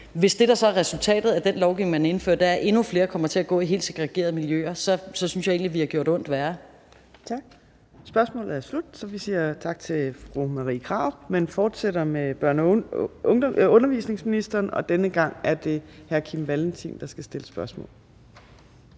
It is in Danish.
hvis det, der så er resultatet af den lovgivning, man indfører, er, at endnu flere kommer til at gå i helt segregerede miljøer, så synes jeg egentlig, vi har gjort ondt værre. Kl. 14:14 Fjerde næstformand (Trine Torp): Tak. Spørgsmålet er slut. Så vi siger tak til fru Marie Krarup, men fortsætter med børne- og undervisningsministeren, og denne gang er det hr. Kim Valentin, der skal stille spørgsmål.